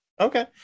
Okay